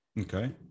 Okay